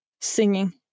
singing